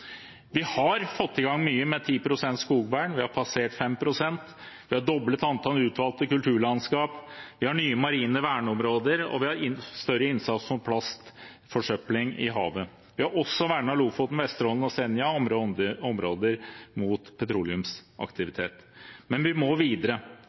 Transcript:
Vi har fått i gang mye med 10 pst. skogvern – vi har passert 5 pst. Vi har doblet antall utvalgte kulturlandskap. Vi har nye marine verneområder, og vi har større innsats mot plast og forsøpling i havet. Vi har også vernet Lofoten, Vesterålen og Senja og andre områder mot